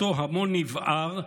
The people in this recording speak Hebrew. אותו המון נבער,